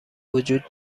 وجود